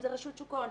אם זאת רשות שוק ההון,